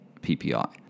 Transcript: ppi